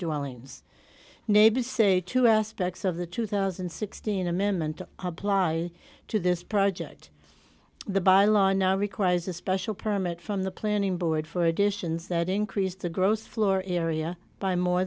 allen's neighbors say two aspects of the two thousand and sixteen amendment apply to this project the by law now requires a special permit from the planning board for additions that increase the gross floor area by more